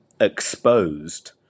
Exposed